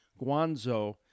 Guangzhou